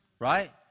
Right